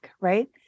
right